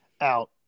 out